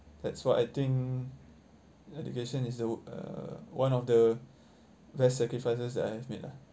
that's what I think education is the uh one of the best sacrifices that I've made lah